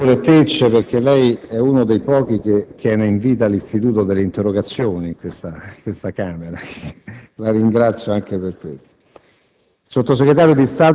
Grazie, senatore Tecce, perché lei è uno dei pochi che tiene in vita l'istituto delle interrogazioni in questa Camera. La ringrazio anche per questo.